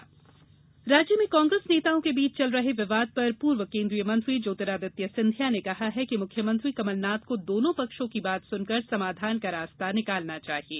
सिंधिया उमंग राज्य में कांग्रेस नेताओं के बीच चल रहे विवाद पर पूर्व केन्द्रीय मंत्री ज्योतिरादित्य सिंधिया ने कहा है कि मुख्यमंत्री कमलनाथ को दोनो पक्षों की बात सुनकर समाधान का रास्ता निकालना चाहिये